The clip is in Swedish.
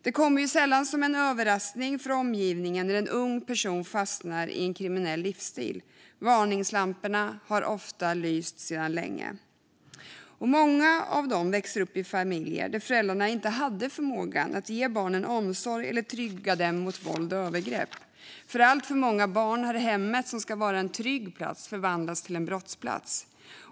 Det kommer sällan som en överraskning för omgivningen när en ung person fastnar i en kriminell livsstil. Varningslamporna har ofta lyst länge. Många av dessa personer har vuxit upp i familjer där föräldrarna inte haft förmågan att ge barnen omsorg eller trygga dem mot våld och övergrepp. För alltför många barn har hemmet, som ska vara en trygg plats, förvandlats till en brottsplats.